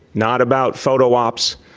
not about photo ops,